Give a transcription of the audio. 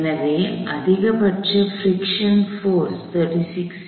எனவே அதிகபட்ச friction force 36 N